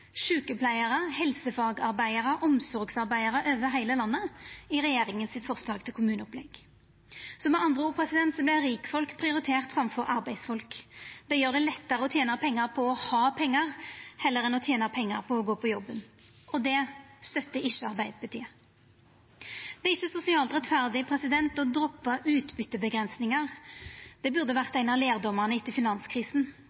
sjukepleiarar, helsefagarbeidarar, omsorgsarbeidarar over heile landet – i regjeringa sitt forslag til kommuneopplegg. Med andre ord vert rikfolk prioritert framfor arbeidsfolk. Dei gjer det lettare å tena pengar på å ha pengar heller enn å tena pengar på å gå på jobben. Det støttar ikkje Arbeidarpartiet. Det er ikkje sosialt rettferdig å droppa utbyteavgrensingar. Det burde